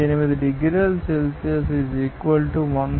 8 డిగ్రీల సెల్సియస్ 100